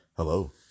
Hello